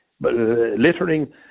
littering